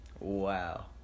Wow